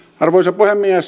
arvoisa puhemies